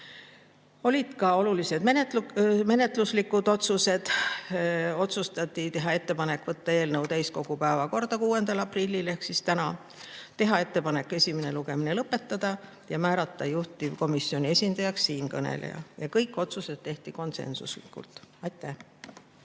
Tehti ka olulised menetluslikud otsused. Otsustati teha ettepanek võtta eelnõu täiskogu päevakorda 6. aprillil ehk täna, teha ettepanek esimene lugemine lõpetada ja määrata juhtivkomisjoni esindajaks siinkõneleja. Kõik otsused tehti konsensuslikult. Aitäh!